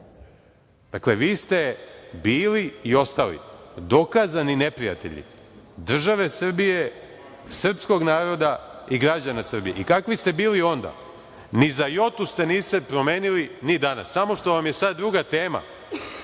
vojsku. Dakle, vi ste bili i ostali dokazani neprijatelji države Srbije, srpskog naroda i građana Srbije i kakvi ste bili onda ni za jotu se niste promenili ni danas, samo što vam je sad druga tema.